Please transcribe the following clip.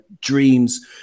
dreams